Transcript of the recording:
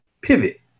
pivot